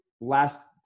last